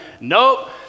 nope